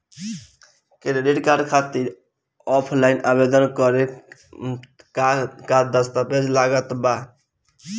Credit card खातिर offline आवेदन करे म का का दस्तवेज लागत बा?